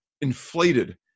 inflated